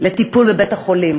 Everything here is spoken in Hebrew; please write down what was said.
לטיפול בבית-חולים.